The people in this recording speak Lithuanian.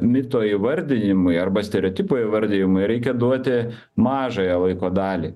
mito įvardijimui arba stereotipo įvardijimui reikia duoti mažąją laiko dalį